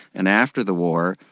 and after the war,